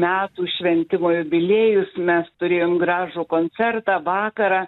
metų šventimo jubiliejus mes turėjom gražų koncertą vakarą